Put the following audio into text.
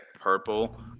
purple